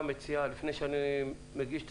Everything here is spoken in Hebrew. למשל,